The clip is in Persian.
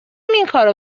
همینکارو